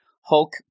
Hulk